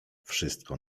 wszystko